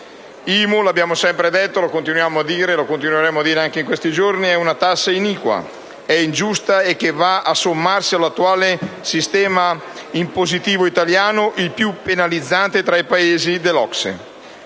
lo abbiamo sempre detto, lo continuiamo a dire e lo continueremo a ripetere anche in questi giorni - è una tassa iniqua: è ingiusta e va a sommarsi all'attuale sistema impositivo italiano, il più penalizzante tra quelli dei Paesi dell'OCSE.